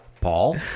Paul